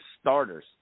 starters